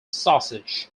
sausage